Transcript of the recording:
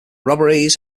robberies